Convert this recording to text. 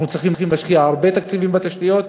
אנחנו צריכים להשקיע הרבה תקציבים בתשתיות,